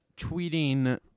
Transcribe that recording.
tweeting